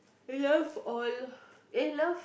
love all eh love